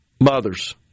mothers